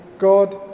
God